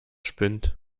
spinnt